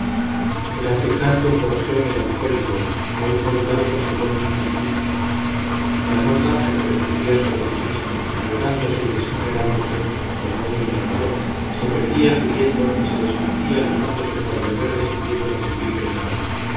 era aquel canto un gorjeo melancólico aun modulado por su voz infantil la nota que repercutía sobre sí misma enredándose y desenredándose como un hilo sonoro se perdía subiendo y se desvanecía alejándose para volver descendiendo con timbre grave